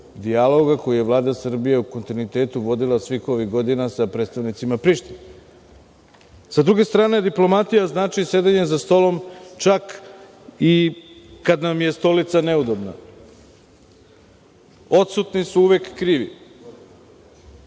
dijaloga koji je Vlada Srbije u kontinuitetu vodila svih ovih godina sa predstavnicima Prištine. Sa druge starne, diplomatija znači sedenje za stolom čak i kada nam je stolica neudobna. Odsutni su uvek krivi.